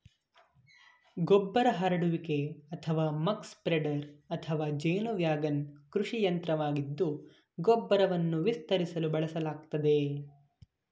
ಗೊಬ್ಬರ ಹರಡುವಿಕೆ ಅಥವಾ ಮಕ್ ಸ್ಪ್ರೆಡರ್ ಅಥವಾ ಜೇನು ವ್ಯಾಗನ್ ಕೃಷಿ ಯಂತ್ರವಾಗಿದ್ದು ಗೊಬ್ಬರವನ್ನು ವಿತರಿಸಲು ಬಳಸಲಾಗ್ತದೆ